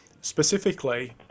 specifically